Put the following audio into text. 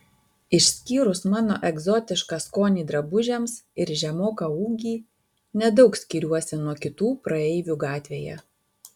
išskyrus mano egzotišką skonį drabužiams ir žemoką ūgį nedaug skiriuosi nuo kitų praeivių gatvėje